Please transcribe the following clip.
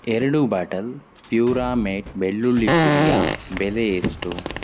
ಎರಡು ಬಾಟಲ್ ಪ್ಯೂರಾಮೇಟ್ ಬೆಳ್ಳುಳ್ಳಿ ಪುಡಿಯ ಬೆಲೆ ಎಷ್ಟು